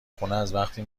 خونه، ازوقتی